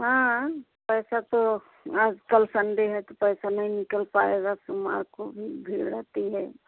हाँ पैसा तो आज कल संडे है तो पैसा नहीं निकल पाएगा सोमवार को भी भीड़ रहती है